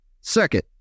Second